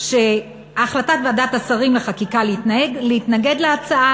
שהחלטת ועדת השרים להתנגד להצעה,